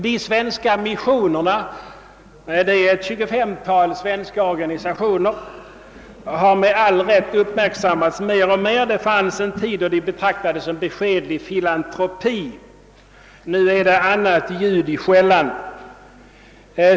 De svenska missionerna — det rör sig om ett 25-tal organisationer — har med all rätt uppmärksammats mer och mer. En gång i tiden betraktades de som beskedlig filantropi. Nu är det annat ljud i skällan.